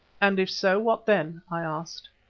and if so, what then? i asked.